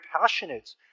passionate